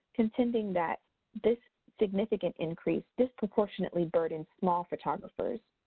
contending that this significant increase disproportionately burdened small photographers.